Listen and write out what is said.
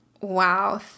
wow